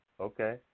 Okay